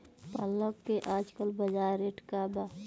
पालक के आजकल बजार रेट का बा?